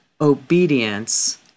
obedience